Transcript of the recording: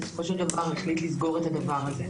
בסופו של דבר החליט לסגור את הדבר הזה.